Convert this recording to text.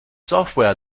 software